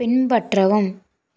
பின்பற்றவும்